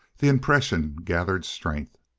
the impression gathered strength.